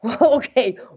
okay